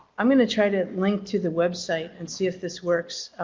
i'm gonna try to link to the website and see if this works.